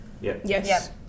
yes